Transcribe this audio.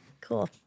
Cool